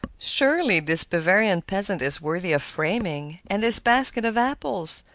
surely, this bavarian peasant is worthy of framing and this basket of apples!